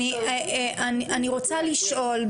אני רוצה לשאול,